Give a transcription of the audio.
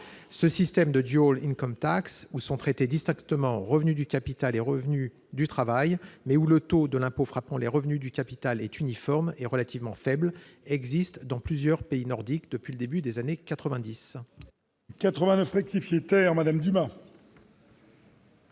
Ce système de, traitant distinctement revenus du travail et revenus du capital, mais avec un taux de l'impôt frappant les revenus du capital uniforme et relativement faible, existe dans plusieurs pays nordiques depuis le début des années